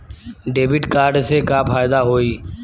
Debit card से का फायदा होई?